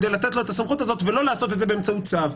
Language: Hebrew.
כדי לתת לו את הסמכות הזאת ולא לעשות את זה באמצעות צו.